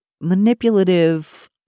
manipulative